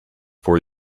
for